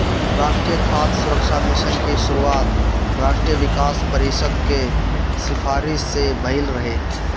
राष्ट्रीय खाद्य सुरक्षा मिशन के शुरुआत राष्ट्रीय विकास परिषद के सिफारिस से भइल रहे